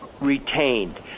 retained